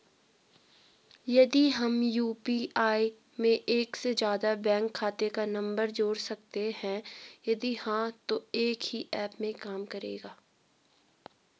क्या हम यु.पी.आई में एक से ज़्यादा बैंक खाते का नम्बर जोड़ सकते हैं यदि हाँ तो एक ही ऐप में काम करेगा?